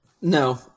No